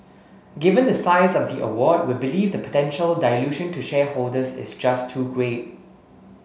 given the size of the award we believe the potential dilution to shareholders is just too great